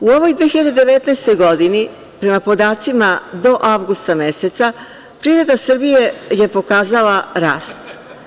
U ovoj 2019. godini, prema podacima do avgusta meseca, privreda Srbije je pokazala rast.